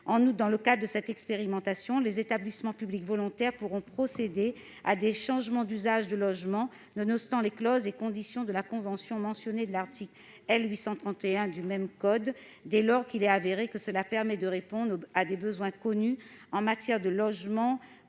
En outre, dans le cadre de cette expérimentation, les établissements publics volontaires pourront procéder à des changements d'usage de logement, nonobstant les clauses et conditions de la convention mentionnée de l'article L. 831 du code de la construction et de l'habitation dès lors qu'il est avéré que cela permet de répondre à des besoins en matière de logement